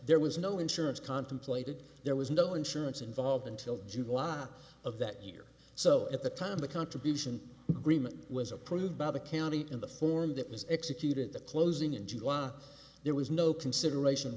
there was no insurance contemplated there was no insurance involved until july of that year so at the time the contribution was approved by the county in the form that was executed the closing in july there was no consideration